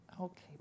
Okay